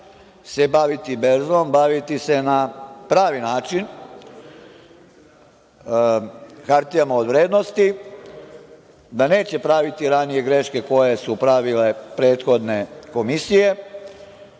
se baviti berzom, baviti se na pravi način hartijama od vrednosti, da neće praviti greške koje su pravile prethodne komisije.